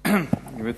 השר, בבקשה.